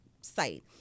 site